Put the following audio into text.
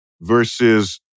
versus